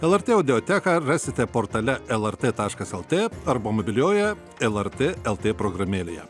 lrt audioteką rasite portale lrt taškas el t arba mobiliojoje lrt el t programėlėje